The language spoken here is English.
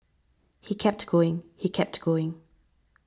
he kept going he kept going